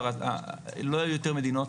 לא היו יותר מדינות,